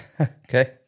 Okay